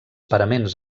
paraments